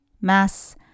Mass